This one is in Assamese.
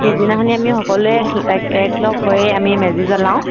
পিছদিনাখনিনি আমি সকলোৱে এক এককলগ হৈ আমি মেজি জ্বলাওঁ